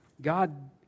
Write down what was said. God